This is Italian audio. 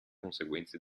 conseguenze